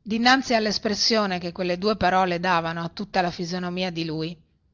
dinanzi allespressione che quelle due parole davano a tutta la fisonomia di lui